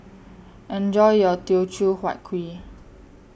Enjoy your Teochew Huat Kuih